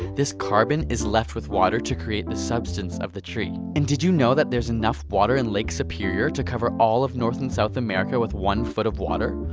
this carbon is left with water to create the substance of the tree. and did you know that there is enough water in lake superior to cover all of north and south america with one foot of water.